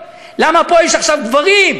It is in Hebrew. למה יש פה עכשיו גברים.